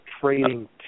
trading